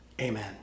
Amen